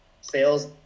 sales